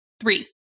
Three